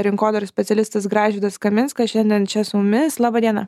rinkodaros specialistas gražvydas kaminskas šiandien čia su mumis laba diena